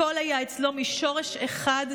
הכול היה אצלו משורש אחד,